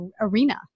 arena